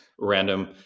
random